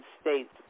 states